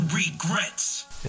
regrets